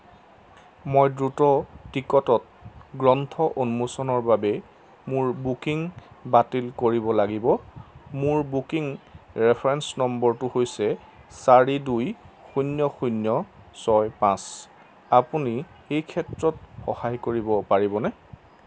মই দ্ৰুত টিকটত গ্ৰন্থ উন্মোচনৰ বাবে মোৰ বুকিং বাতিল কৰিব লাগিব মোৰ বুকিং ৰেফাৰেন্স নম্বৰটো হৈছে চাৰি দুই শূন্য শূন্য ছয় পাঁচ আপুনি এই ক্ষেত্ৰত সহায় কৰিব পাৰিবনে